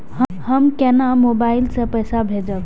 हम केना मोबाइल से पैसा भेजब?